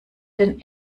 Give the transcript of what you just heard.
den